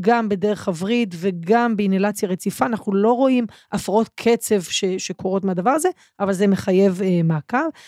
גם בדרך הווריד וגם באינהלציה רציפה, אנחנו לא רואים הפרעות קצב שקורות מהדבר הזה, אבל זה מחייב מעקב.